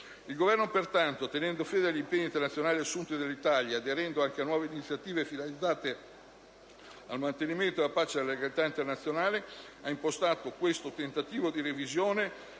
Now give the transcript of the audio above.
Il Governo, pertanto, tenendo fede agli impegni internazionali assunti dall'Italia e aderendo anche a nuove iniziative finalizzate al mantenimento della pace e della legalità internazionali, ha impostato questo tentativo di revisione